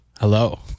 Hello